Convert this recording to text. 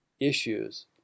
issues